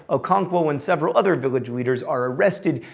okonkwo and several other village leaders are arrested,